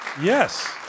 yes